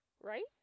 Right